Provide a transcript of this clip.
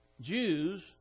Jews